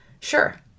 Sure